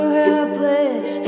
helpless